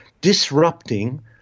disrupting